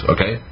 Okay